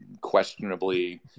questionably